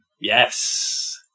Yes